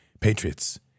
Patriots